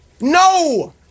No